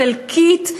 חלקית.